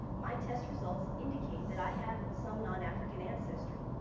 my test results indicate that i have some non-african ancestry.